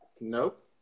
Nope